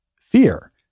fear